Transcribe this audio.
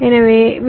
எனவே வி